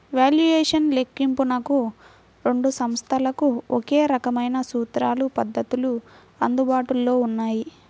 valuation లెక్కింపునకు రెండు సంస్థలకు ఒకే రకమైన సూత్రాలు, పద్ధతులు అందుబాటులో ఉన్నాయి